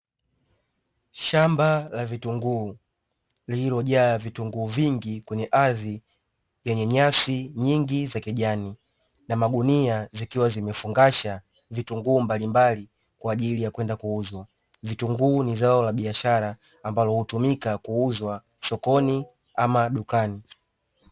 Shamba la vitunguu lililojaa vitunguu vingi kwenye ardhi yenye nyasi nyingi za kijani na magunia, zikiwa zimefungasha vitunguu mbalimbali kwa ajili ya kwenda kuuzwa. Vitunguu ni zao la biashara ambalo hutumika kuuzwa sokoni ama dukani.